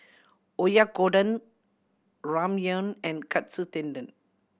Oyakodon Ramyeon and Katsu Tendon